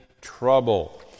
trouble